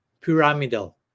pyramidal